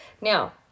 Now